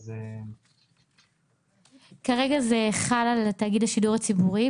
אז --- כרגע זה חל על תאגיד השידור הציבורי.